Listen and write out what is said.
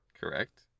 Correct